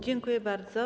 Dziękuję bardzo.